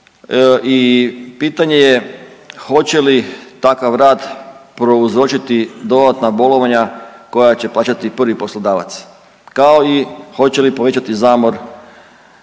i pitanje je hoće li takav rad prouzročiti dodatna bolovanja koja će plaćati prvi poslodavac, kao i hoće li povećati zamor